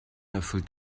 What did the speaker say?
erfüllt